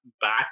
back